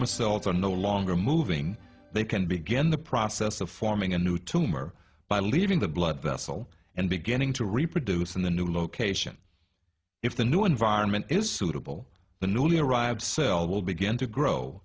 are no longer moving they can begin the process of forming a new tumor by leaving the blood vessel and beginning to reproduce in the new location if the new environment is suitable the newly arrived cell will begin to grow